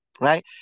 right